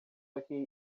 aqui